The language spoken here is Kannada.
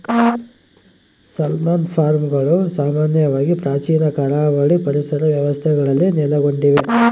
ಸಾಲ್ಮನ್ ಫಾರ್ಮ್ಗಳು ಸಾಮಾನ್ಯವಾಗಿ ಪ್ರಾಚೀನ ಕರಾವಳಿ ಪರಿಸರ ವ್ಯವಸ್ಥೆಗಳಲ್ಲಿ ನೆಲೆಗೊಂಡಿವೆ